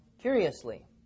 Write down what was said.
Curiously